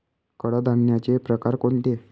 कडधान्याचे प्रकार कोणते?